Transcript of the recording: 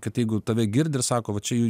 kad jeigu tave girdi ir sako va čia